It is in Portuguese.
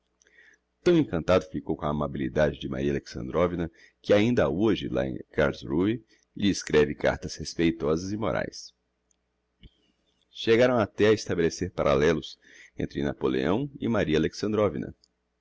tão encantado ficou com a amabilidade de maria alexandrovna que ainda hoje lá de carlsruhe lhe escreve cartas respeitosas e moraes chegaram até a estabelecer parallelos entre napoleão e maria